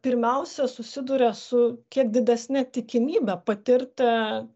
pirmiausia susiduria su kiek didesne tikimybe patirti